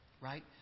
Right